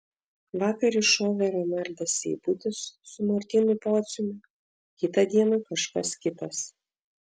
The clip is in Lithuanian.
vakar iššovė renaldas seibutis su martynu pociumi kitą dieną kažkas kitas